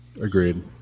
Agreed